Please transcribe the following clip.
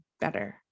better